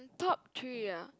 top three ah